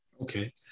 Okay